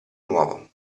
nuovo